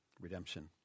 redemption